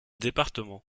département